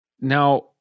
Now